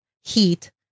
heat